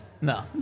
No